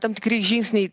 tam tikri žingsniai